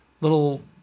little